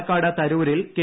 പാലക്കാട് തരൂരിൽ കെ